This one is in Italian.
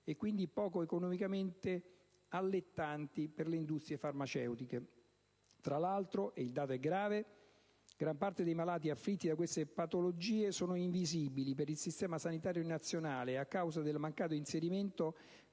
e quindi poco allettanti economicamente. Tra l'altro, ed il dato è grave, gran parte dei malati afflitti da queste patologie sono invisibili per il sistema sanitario nazionale, a causa del mancato inserimento